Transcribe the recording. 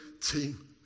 team